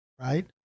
right